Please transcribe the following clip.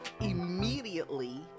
immediately